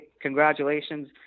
Congratulations